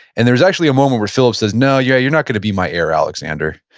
and there was actually a moment where philip says, no, you're you're not going to be my heir, alexander.